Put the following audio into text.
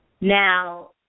Now